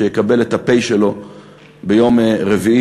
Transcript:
שיקבל את הפ' שלו ביום רביעי.